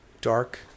Dark